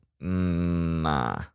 Nah